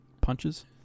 Punches